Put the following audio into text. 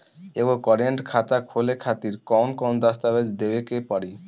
एगो करेंट खाता खोले खातिर कौन कौन दस्तावेज़ देवे के पड़ी?